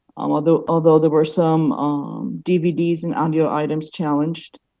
um although although there were some um dvds and audio items challenged.